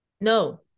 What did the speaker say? No